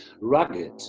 Rugged